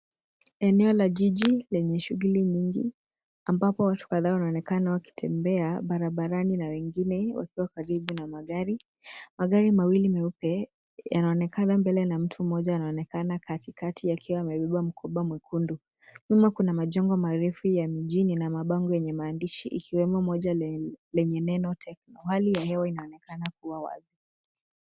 Eneo la jiji lenye shughuli nyingi ambapo watu kadhaa wanaonekana wakitembea barabarani na wengine wakiwa karibu na magari. Magari mawili meupe yanaonekana mbele na mtu mmoja anaonekana katikati akiwa amebeba mkoba mwekundu. Nyuma kuna majengo marefu ya mijini na mabango yenye maandishi ikiwemo moja lenye neno Tecno. Hali ya hewa inaonekana kuwa wazi.